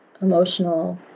emotional